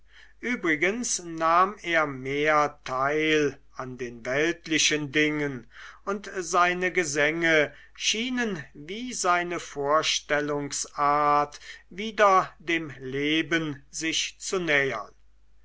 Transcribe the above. übrigens nahm er mehr teil an den weltlichen dingen und seine gesänge schienen wie seine vorstellungsart wieder dem leben sich zu nähern